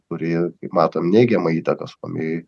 turi kaip matom neigiamą įtaką suomijoj